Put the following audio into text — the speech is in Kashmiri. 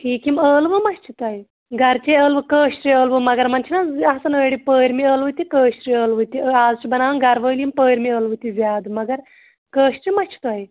ٹھیٖک یِم ٲلوٕ ما چھِ تۄہہِ گَرچے ٲلوٕ کٲشرِ ٲلوٕ مگر یِمن چھِنَہ حظ آسان أڑۍ پٲرمہِ ٲلوٕ تہِ کٲشرِ ٲلوٕ تہِ آز چھِ بَناوَان گَرٕ وٲلۍ یِم پٲرمہِ ٲلوٕ تہِ زیادٕ مگر کٲشرِ ما چھِ تۄہہِ